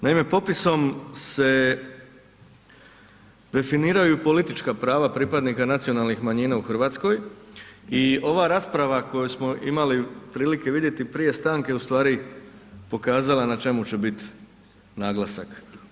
Naime, popisom se definiraju politička prava pripadnika nacionalnih manjina u Hrvatskoj i ova rasprava koju smo imali prilike vidjeti prije stanke u stvari pokazala na čemu će biti naglasak.